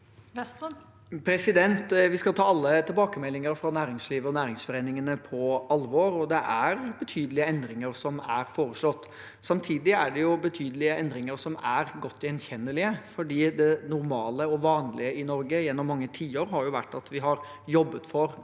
Vi skal ta alle tilbakemeldinger fra næringslivet og næringsforeningene på alvor, og det er betydelige endringer som er foreslått. Samtidig er det betydelige endringer som er godt gjenkjennelige, fordi det normale og vanlige i Norge gjennom mange tiår har vært at vi har jobbet for faste,